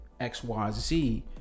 xyz